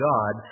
God